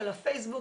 של הפייסבוק,